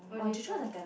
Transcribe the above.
oh Jay-Chou